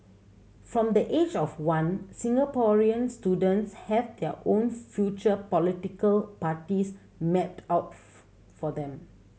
from the age of one Singaporean students have their own future political parties mapped out for them